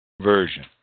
Version